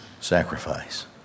sacrifice